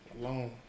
alone